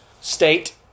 state